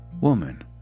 Woman